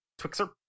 twixer